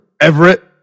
Everett